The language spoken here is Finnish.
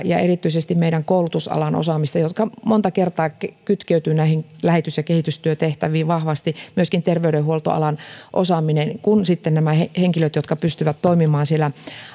ja erityisesti meidän koulutusalan osaamistamme joka monta kertaa kytkeytyy näihin lähetys ja kehitystyötehtäviin vahvasti myöskin terveydenhuoltoalan osaaminen kuin nämä henkilöt jotka pystyvät toimimaan siellä